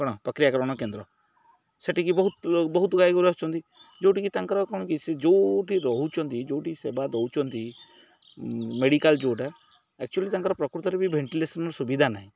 କ'ଣ ପ୍ରକ୍ରିୟାକରଣ କେନ୍ଦ୍ର ସେଠିକି ବହୁତ ବହୁତ ଗାଈଗୋରୁ ଅଛନ୍ତି ଯେଉଁଠିକି ତାଙ୍କର କ'ଣ କି ସେ ଯେଉଁଠି ରହୁଚନ୍ତି ଯେଉଁଠି ସେବା ଦେଉଛନ୍ତି ମେଡ଼ିକାଲ୍ ଯେଉଁଟା ଆକ୍ଚୁଆଲି ତାଙ୍କର ପ୍ରକୃତରେ ବି ଭେଣ୍ଟିଲେସନର ସୁବିଧା ନାହିଁ